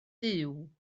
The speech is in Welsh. duw